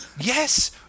Yes